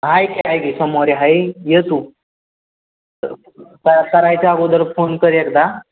आहे की आहे की सोमवारी आहे ये तू करायच्या अगोदर फोन कर एकदा